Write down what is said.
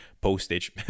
postage